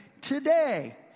today